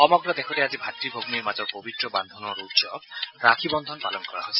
সমগ্ৰ দেশতে আজি ভাতৃ ভগ্নীৰ মাজৰ পবিত্ৰ বান্ধোনৰ উৎসৱ ৰাখী বন্ধন পালন কৰা হৈছে